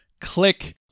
Click